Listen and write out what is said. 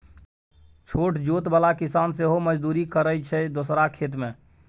छोट जोत बला किसान सेहो मजदुरी करय छै दोसरा खेत मे